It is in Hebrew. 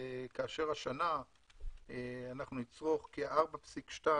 כאשר השנה צרכנו כ-4.2